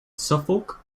suffolk